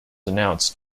announced